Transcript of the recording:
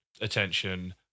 attention